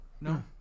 No